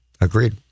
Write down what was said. Agreed